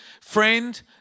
friend